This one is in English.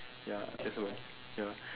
ya that's all ya